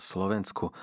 Slovensku